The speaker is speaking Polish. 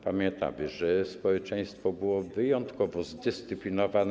Pamiętamy, że społeczeństwo było wyjątkowo zdyscyplinowane.